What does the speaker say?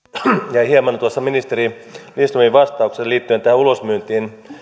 jäi hieman tuosta ministeri lindströmin vastauksesta liittyen tähän ulosmyyntiin